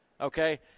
okay